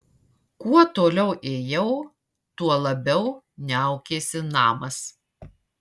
kuo toliau ėjau tuo labiau niaukėsi namas